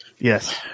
Yes